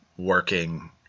working